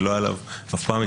שלא הייתה עליו אף פעם התייחסות.